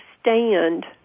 stand